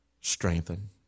strengthen